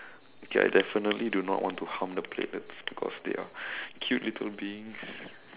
okay I definitely do not want to harm the platelets because they are cute little beings